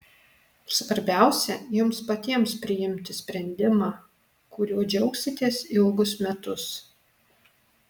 svarbiausia jums patiems priimti sprendimą kuriuo džiaugsitės ilgus metus